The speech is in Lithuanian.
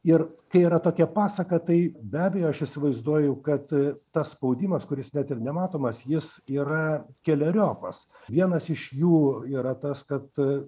ir kai yra tokia pasaka tai be abejo aš įsivaizduoju kad tas spaudimas kuris net ir nematomas jis yra keleriopas vienas iš jų yra tas kad